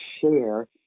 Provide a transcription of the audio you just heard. share